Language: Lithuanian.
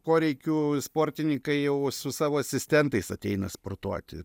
poreikių sportininkai jau su savo asistentais ateina sportuoti